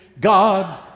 God